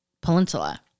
peninsula